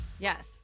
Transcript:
Yes